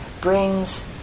brings